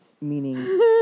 Meaning